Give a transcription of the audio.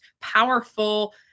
powerful